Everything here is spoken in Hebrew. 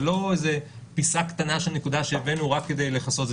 זה לא איזו פיסה קטנה של נקודה שהבאנו רק כדי לכסות.